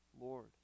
Lord